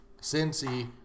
Cincy